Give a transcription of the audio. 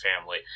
family